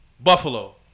Buffalo